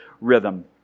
rhythm